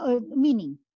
meaning